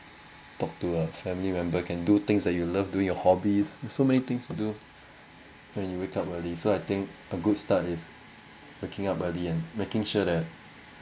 talk to a family member can do things that you love do your hobbies so many things to do when you wake up early so I think a good start is waking up early and making sure that